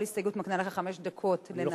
כל הסתייגות מקנה לך חמש דקות לנמק.